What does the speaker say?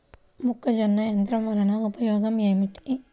మొక్కజొన్న యంత్రం వలన ఉపయోగము ఏంటి?